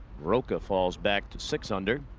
rocca falls back to six under.